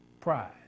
Pride